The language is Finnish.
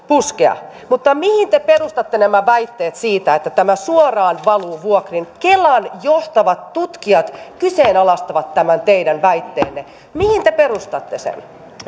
puskea mihin te perustatte nämä väitteet siitä että tämä suoraan valuu vuokriin kelan johtavat tutkijat kyseenalaistavat tämän teidän väitteenne mihin te perustatte sen